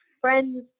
friends